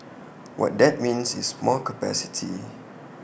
what that means is more capacity